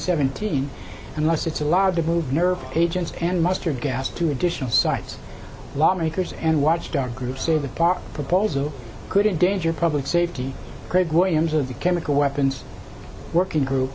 seventeen unless it's allowed to move nerve agents and mustard gas to additional sites lawmakers and watchdog groups say the proposal could endanger safety craig williams of the chemical weapons working group